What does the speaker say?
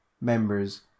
members